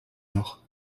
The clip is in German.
noch